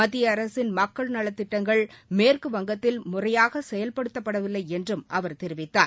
மத்திய அரசின் மக்கள் நலத் திட்டங்கள் மேற்கு வங்கத்தில் முறையாக செயல்படுத்தவில்லை என்றும் அவர் தெரிவித்தார்